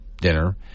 dinner